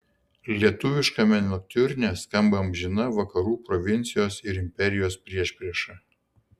lietuviškame noktiurne skamba amžina vakarų provincijos ir imperijos priešprieša